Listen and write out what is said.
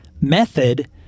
method